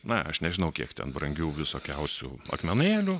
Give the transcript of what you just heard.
na aš nežinau kiek ten brangių visokiausių akmenėlių